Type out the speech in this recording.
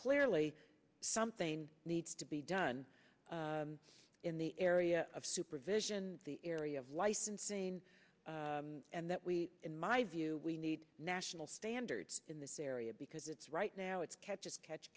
clearly something needs to be done in the area of supervision the area of licensing and that we in my view we need national standards in this area because it's right now it's kept as catch